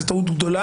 אם זו טעות גדולה,